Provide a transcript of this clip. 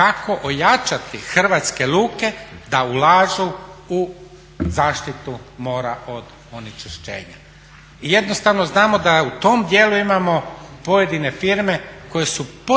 kako ojačati hrvatske luke da ulažu u zaštitu mora od onečišćenja. I jednostavno znamo da u tom dijelu imamo pojedine firme koje su potpuno,